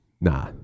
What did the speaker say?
nah